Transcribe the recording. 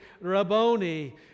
Rabboni